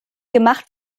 gemacht